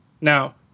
Now